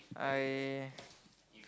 I